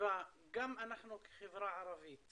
שבה גם אנחנו כחברה הערבית